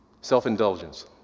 Self-indulgence